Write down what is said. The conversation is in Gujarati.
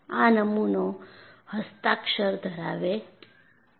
આ નમૂનો હસ્તાક્ષર ધરાવે છે